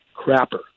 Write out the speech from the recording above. Crapper